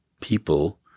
people